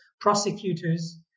prosecutors